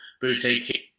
boutique